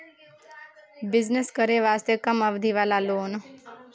Business करे वास्ते कम अवधि वाला लोन?